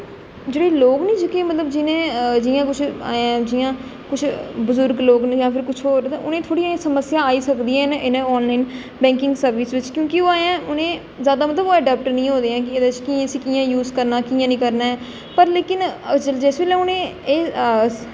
जेह्ड़े लोग नी जेह्के मतलब जि'नें जि'यां कुछ जि'यां कुछ बजूर्ग लोक न जां फिर कुछ होर न ते उ'नेंगी गी थोह्ड़ी एह् समस्या आई सकदी ऐ इ'नें ऑनलाइन बैंकिंग सर्विस बिच क्योंकि उ'नें ई ऐहें उ'नें जादा अडॉप्ट निं होऐ दे कि इसी कि'यां यूज करना कि'यां निं करना ऐ पर लेकिन जिस बेल्लै उ'नें ई एह्